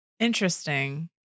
Interesting